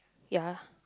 ya